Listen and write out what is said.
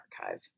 archive